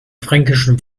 fränkischen